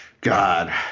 God